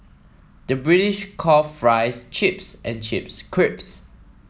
the British calls fries chips and chips crisps